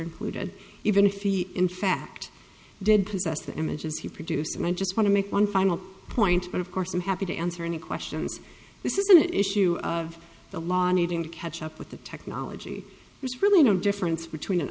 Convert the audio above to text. included even if he in fact did possess the images he produced and i just want to make one final point but of course i'm happy to answer any questions this isn't an issue of the law needing to catch up with the technology there's really no difference between an